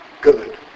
good